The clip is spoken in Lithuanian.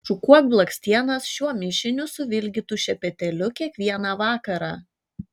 šukuok blakstienas šiuo mišiniu suvilgytu šepetėliu kiekvieną vakarą